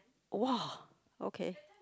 !wah! okay